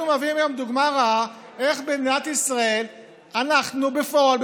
אנחנו מהווים היום דוגמה רעה איך במדינת ישראל אנחנו בפועל,